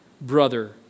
brother